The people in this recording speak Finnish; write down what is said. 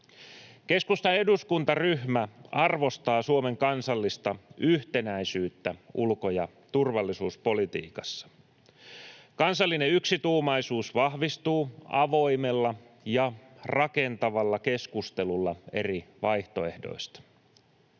Keskustan eduskuntaryhmä arvostaa Suomen kansallista yhtenäisyyttä ulko- ja turvallisuuspolitiikassa. Kansallinen yksituumaisuus vahvistuu avoimella ja rakentavalla keskustelulla eri vaihtoehdoista.